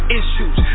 issues